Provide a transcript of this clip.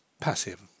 passive